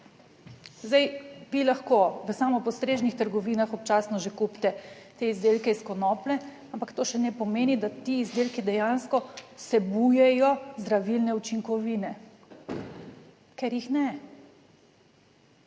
Zdaj vi lahko v samopostrežnih trgovinah občasno že kupite te izdelke iz konoplje, ampak to še ne pomeni, da ti izdelki dejansko vsebujejo zdravilne učinkovine - ker jih ne.